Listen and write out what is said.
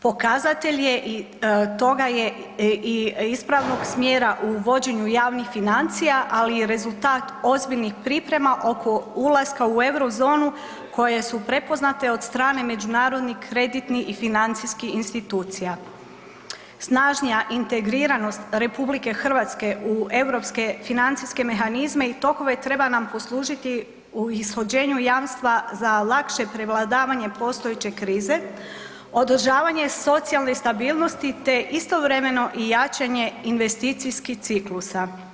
Pokazatelj toga je ispravnog smjera u vođenju javnih financija, ali i rezultat ozbiljnih priprema oko ulaska u eurozonu koje su prepoznate od strane međunarodnih kreditnih i financijskih institucija, snažnija integriranost RH u europske financijske mehanizme i tokove treba nam poslužiti u ishođenju jamstva za lakše prevladavanje postojeće krize, održavanje socijalne stabilnosti, te istovremeno i jačanje investicijskih ciklusa.